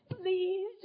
please